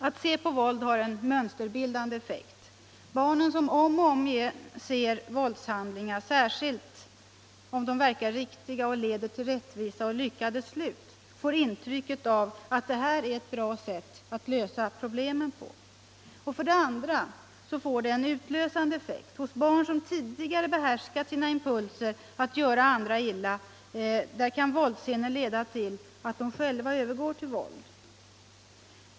Att se på våld har en mönsterbildande effekt: barnen som om och om igen ser våldshandlingar, särskilt om dessa verkar riktiga och leder till rättvisa och lyckade slut, får intrycket av att det här är ett bra sätt att lösa problemen på. 2. Det får en utlösande effekt: hos barn som tidigare behärskat sina impulser att göra andra illa kan våldsscener leda till att de själva övergår till våld.